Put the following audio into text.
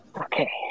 Okay